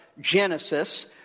Genesis